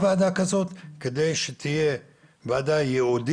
כי אם הציבור יהפוך להיות שותף שלי לעשייה בתוך היישוב,